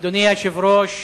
אדוני היושב-ראש,